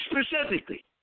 specifically